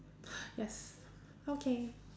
yes okay